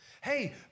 Hey